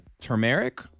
turmeric